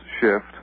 shift